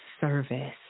service